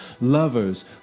Lovers